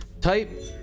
type